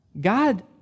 God